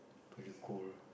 pretty cool